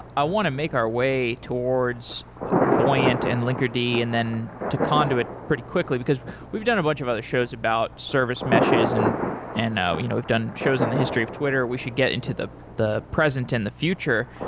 i want to make our way towards buoyant and linkerd and then to conduit pretty quickly, because we've done a bunch of other shows about service meshes and and we've you know we've done shows on the history of twitter. we should get into the the present in the future.